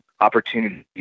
opportunities